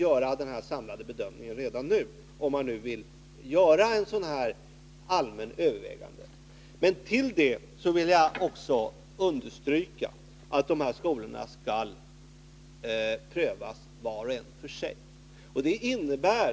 Man skulle alltså redan nu kunna göra en samlad bedömning, om man vill göra sådana här allmänna överväganden. Jag vill också understryka att skolorna bör prövas var och en för sig.